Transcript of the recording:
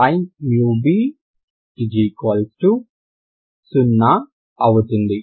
sin μb 0 అవుతుంది